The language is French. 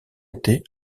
été